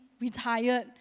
retired